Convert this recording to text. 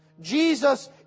Jesus